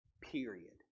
Period